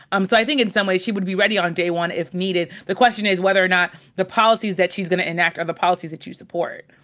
um so i think in some ways, she would be ready on day one if needed. the question is whether or not the policies that she's gonna enact are the policies that you support.